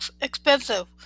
expensive